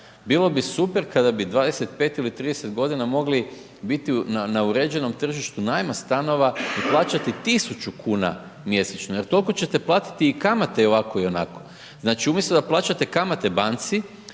Bilo bi super kada bi 25 ili 30 godina mogli biti na uređenom tržištu najma stanova i plaćati 1.000 kuna mjesečno jer toliko čete platiti i kamate i ovako i onako. Znači, umjesto da plaćate kamate banci